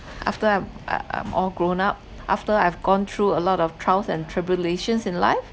after I'm I~ I'm all grown up after I've gone through a lot of trials and tribulations in life